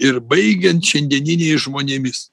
ir baigiant šiandieniniais žmonėmis